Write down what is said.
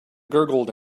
gurgled